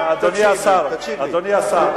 אדוני השר.